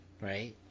Right